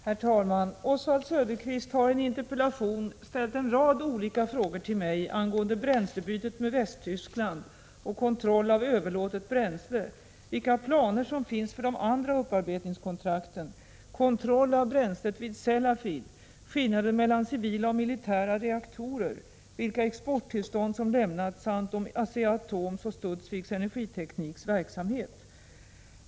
Herr talman! Oswald Söderqvist har i en interpellation ställt en rad olika frågor till mig angående bränslebytet med Västtyskland och kontroll av överlåtet bränsle, vilka planer som finns för de andra upparbetningskontrakten, kontroll av bränslet vid Sellafield, skillnaden mellan civila och militära reaktorer, vilka exporttillstånd som lämnats samt om Asea-Atoms och Studsvik Energitekniks verksamhet.